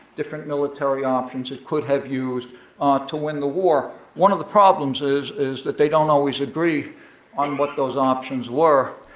different military options it could have used to win the war. one of the problems is is that they don't always agree on what those options were,